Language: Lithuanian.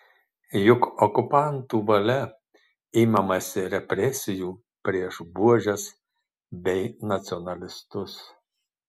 juk okupantų valia imamasi represijų prieš buožes bei nacionalistus